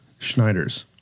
Schneiders